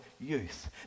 youth